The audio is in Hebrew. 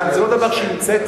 זה לא דבר שהמצאתי.